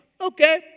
Okay